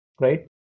right